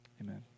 Amen